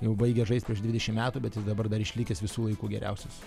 jau baigė žaist prieš dvidešim metų bet jis dabar dar išlikęs visų laikų geriausias